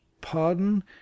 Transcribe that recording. pardon